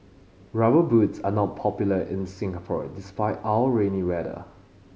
Rubber Boots are not popular in Singapore despite our rainy weather